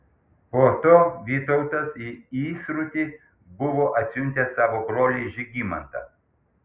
po to vytautas į įsrutį buvo atsiuntęs savo brolį žygimantą